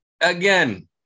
again